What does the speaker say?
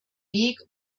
weg